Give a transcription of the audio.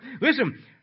Listen